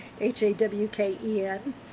h-a-w-k-e-n